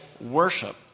worship